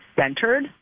centered